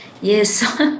Yes